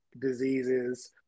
diseases